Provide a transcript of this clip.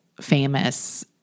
famous